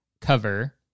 cover